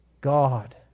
God